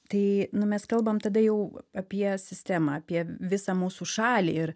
tai nu mes kalbam tada jau apie sistemą apie visą mūsų šalį ir